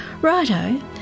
Righto